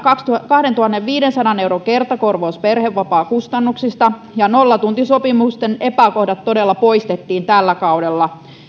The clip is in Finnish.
kahdentuhannenviidensadan euron kertakorvaus perhevapaakustannuksista ja nollatuntisopimusten epäkohdat todella poistettiin tällä kaudella